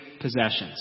possessions